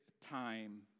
time